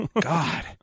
God